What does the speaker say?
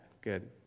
Good